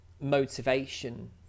motivation